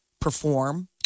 perform